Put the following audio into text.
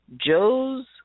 Joe's